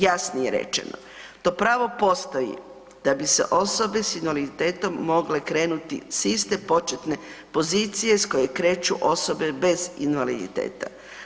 Jasnije rečeno, to pravo postoji da bi se osobe sa invaliditetom mogle krenuti sa iste početne pozicije s koje kreću osobe bez invaliditeta.